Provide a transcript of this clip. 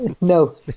no